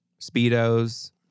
speedos